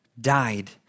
died